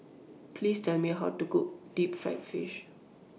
Please Tell Me How to Cook Deep Fried Fish